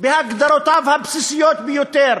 בהגדרותיו הבסיסיות ביותר: